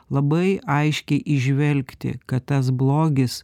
labai aiškiai įžvelgti kad tas blogis